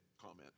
comment